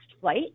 flight